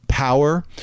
Power